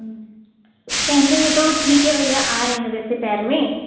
पहनने में तो ठीक है भैया आ रहे हैं वैसे पैर में